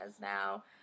now